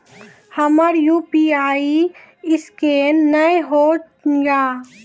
हमर UPI scan नेय हो या?